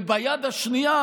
וביד השנייה,